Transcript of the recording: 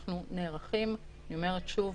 אנחנו נערכים, אני אומרת שוב,